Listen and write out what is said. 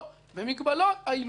במגבלות האילוצים.